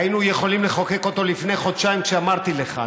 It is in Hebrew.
היינו יכולים לחוקק אותו לפני חודשיים כשאמרתי לך,